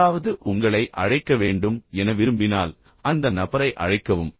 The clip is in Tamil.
யாராவது உங்களை அழைக்க வேண்டும் என விரும்பினால் உங்கள் நேரத்தை மிச்சப்படுத்த விரும்பினால் அந்த நபரை அழைக்கவும்